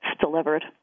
delivered